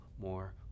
more